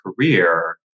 career